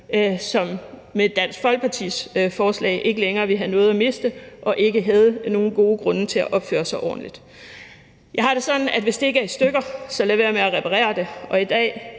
som med Dansk Folkepartis forslag ikke længere vil have noget at miste og ikke vil have nogen gode grunde til at opføre sig ordentligt. Jeg har det sådan: Hvis det ikke er i stykker, så lad være med at reparere det.